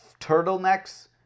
turtlenecks